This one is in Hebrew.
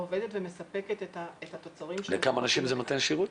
ומספקת את התוצרים --- לכמה אנשים זה נותן שירות?